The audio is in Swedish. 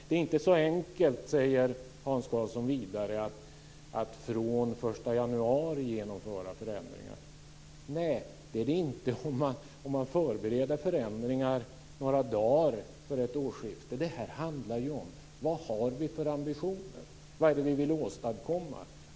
Det är inte så enkelt, säger Hans Karlsson vidare, att från den 1 januari genomföra förändringar. Nej, det är det inte, om man förbereder förändringarna några dagar före ett årsskifte. Det här handlar ju om vad vi har för ambitioner och vad det är vi vill åstadkomma.